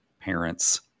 parents